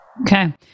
Okay